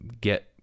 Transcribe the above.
get